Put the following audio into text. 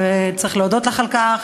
וצריך להודות על כך,